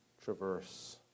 traverse